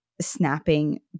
snapping